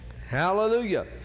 hallelujah